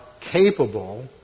capable